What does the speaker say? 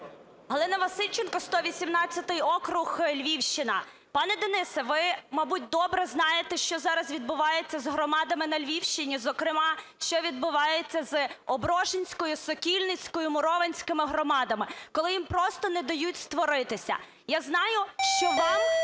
Галина Васильченко, 118 округ, Львівщина. Пане Денисе, ви, мабуть, добре знаєте, що зараз відбувається з громадами на Львівщині, зокрема, що відбувається з Оброшинською, Сокільницькою, Мурованською громадами, коли їм просто не дають створитися. Я знаю, що вам